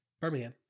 Birmingham